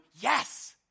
Yes